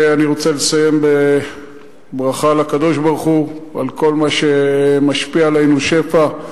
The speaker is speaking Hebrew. אני רוצה לסיים בברכה לקדוש-ברוך-הוא על כל מה שהוא משפיע עלינו שפע,